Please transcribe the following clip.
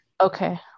Okay